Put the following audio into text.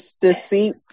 Deceit